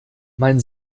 mein